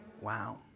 wow